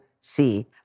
see